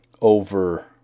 over